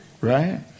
right